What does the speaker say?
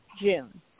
June